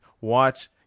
Watch